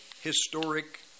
historic